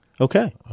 Okay